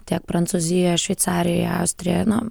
tiek prancūzijoje šveicarijoje austrijoje na